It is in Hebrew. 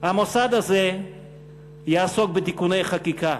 המוסד הזה יעסוק בתיקוני חקיקה.